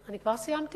אני כבר סיימתי?